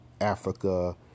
Africa